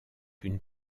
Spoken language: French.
une